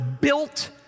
built